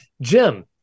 Jim